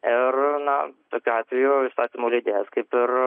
ir na tokiu atveju įstatymų leidėjas kaip ir